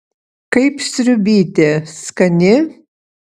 kaip sriubytė skani